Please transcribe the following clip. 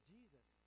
Jesus